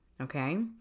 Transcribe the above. okay